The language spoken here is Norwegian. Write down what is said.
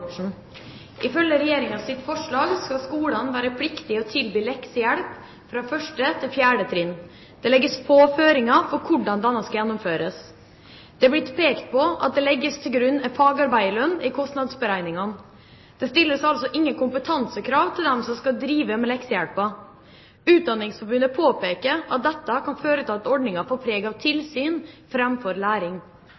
første til fjerde trinn. Det legges få føringer for hvordan denne skal gjennomføres. Det har blitt pekt på at det legges til grunn en fagarbeiderlønn i kostnadsberegningen. Det stilles altså ingen kompetansekrav til dem som skal drive med leksehjelpen. Utdanningsforbundet påpeker at dette kan føre til at ordningen får preg av tilsyn framfor læring. Senest i går ble det publisert forskning som viser at lekser har liten effekt og kan bidra til